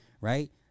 Right